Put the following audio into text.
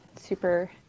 Super